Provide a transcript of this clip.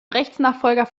rechtsnachfolger